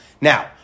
Now